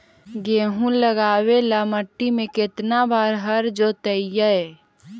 गेहूं लगावेल मट्टी में केतना बार हर जोतिइयै?